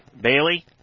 Bailey